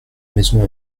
maison